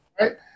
Right